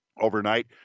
overnight